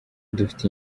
dufite